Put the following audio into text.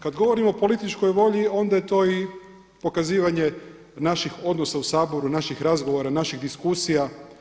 Kada govorimo o političkoj volji onda je to i pokazivanje naših odnosa u Saboru, naših razgovora, naših diskusija.